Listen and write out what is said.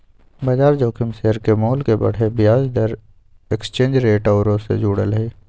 बजार जोखिम शेयर के मोल के बढ़े, ब्याज दर, एक्सचेंज रेट आउरो से जुड़ल हइ